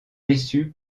déçus